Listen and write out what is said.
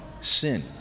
sin